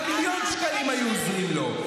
גם מיליון שקלים היו עוזרים לו.